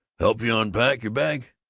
help you unpack your bag?